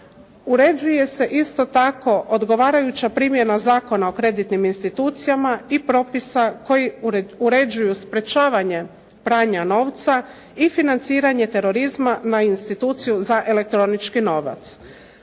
Uređuje se isto tako odgovarajuća primjena Zakona o kreditnim institucijama i propisa koji uređuju sprečavanje pranje novca i financiranje terorizma na Instituciju za elektronički novac.